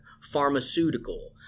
pharmaceutical